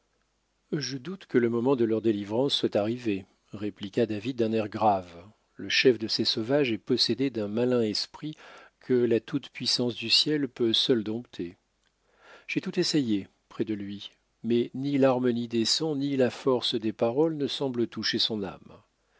je doute que le moment de leur délivrance soit arrivé répliqua david d'un air grave le chef de ces sauvages est possédé d'un malin esprit que la toute puissance du ciel peut seule dompter j'ai tout essayé près de lui mais ni l'harmonie des sons ni la force des paroles ne semblent toucher son âme